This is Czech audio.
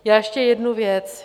Já ještě jednu věc.